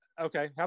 okay